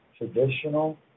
Traditional